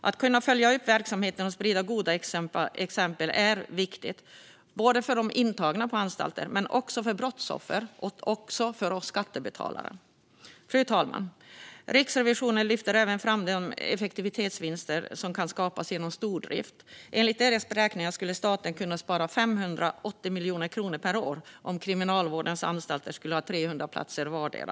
Att kunna följa upp verksamheterna och sprida goda exempel är viktigt, både för de intagna på anstalterna och för brottsoffer och skattebetalare. Fru talman! Riksrevisionen lyfter även fram de effektivitetsvinster som kan skapas genom stordrift. Enligt deras beräkningar skulle staten kunna spara 580 miljoner kronor per år om Kriminalvårdens anstalter skulle ha 300 platser vardera.